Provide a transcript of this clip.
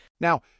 Now